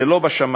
זה לא בשמים.